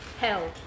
Hell